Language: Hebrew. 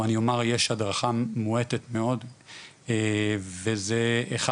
או אני אומר יש הדרכה מועטה מאוד וזה אחד